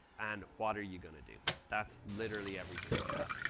and what are you going to do? that's literally everything we have?